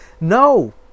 No